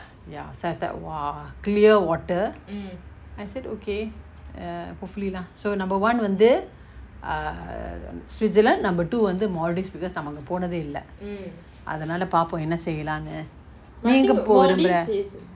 ya so I thought !wah! clear water I said okay err hopefully lah so number one வந்து:vanthu err switzerland number two வந்து:vanthu maldives because நாம அங்க போனதே இல்ல அதனால பாபோ என்ன செய்யலான்னு நீ எங்க போக விரும்புர:naama anga ponathe illa athanala papo enna seiyalanu nee enga poka virumbura